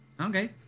Okay